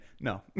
No